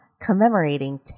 commemorating